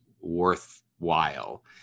worthwhile